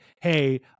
Hey